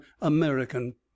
American